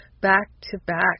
back-to-back